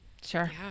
Sure